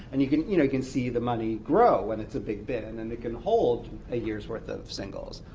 and you can you know can see the money grow when it's a big bit, and and it can hold a year's worth of singles.